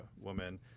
woman